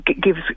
gives